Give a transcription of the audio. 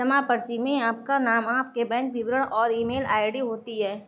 जमा पर्ची में आपका नाम, आपके बैंक विवरण और ईमेल आई.डी होती है